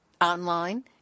Online